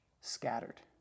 scattered